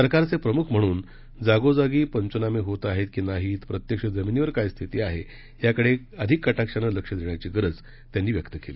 सरकारचे प्रमुख म्हणून जागोजागी पंचनामे होत आहेत की नाही प्रत्यक्ष जमिनीवर काय स्थिती आहे याकडे अधिक कटाक्षाने लक्ष देण्याची गरज त्यांनी व्यक्त केली